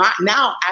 Now